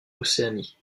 océanie